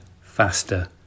faster